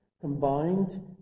Combined